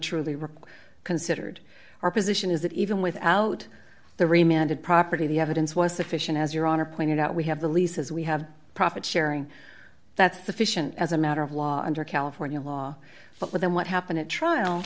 really considered our position is that even without the remitted property the evidence was sufficient as your honor pointed out we have the leases we have profit sharing that's the fish and as a matter of law under california law but then what happened at trial